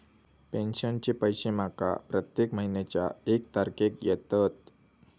पेंशनचे पैशे माका प्रत्येक महिन्याच्या एक तारखेक येतत